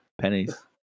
Pennies